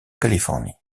californie